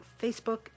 Facebook